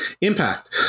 Impact